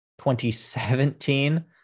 2017